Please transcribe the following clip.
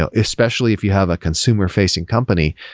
ah especially if you have a consumer-facing company,